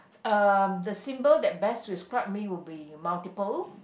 uh the symbol that best describe me would be multiple